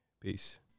Peace